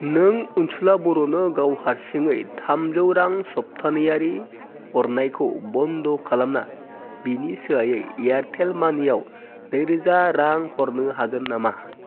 नों अनसुला बर'नो गाव हारसिङै थामजौ रां सप्तानैयारि हरनायखौ बन्द' खालामना बेनि सोलायै एयारटेल मानियाव नैरोजा रां हरनो हागोन नामा